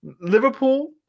Liverpool